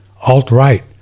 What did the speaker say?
alt-right